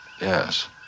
Yes